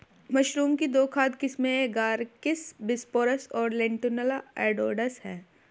mushroom की दो खाद्य किस्में एगारिकस बिस्पोरस और लेंटिनुला एडोडस है